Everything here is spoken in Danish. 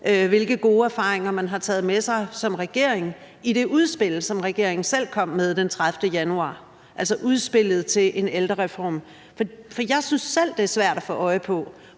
hvilke gode erfaringer man har taget med sig som regering i det udspil, som regeringen selv kom med den 30. januar, altså udspillet til en ældrereform. For jeg synes selv, at det er svært at få øje på,